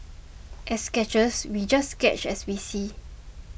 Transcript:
as sketchers we just sketch as we see